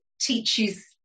teaches